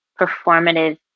performative